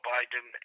Biden